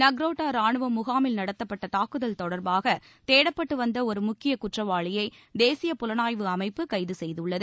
நக்ரோட்டா ராணுவ முகாமில் நடத்தப்பட்ட தாக்குதல் தொடர்பான தேடப்பட்டு வந்த ஒரு முக்கிய குற்றவாளியை தேசிய புலனாய்வு அமைப்பு கைது செய்துள்ளது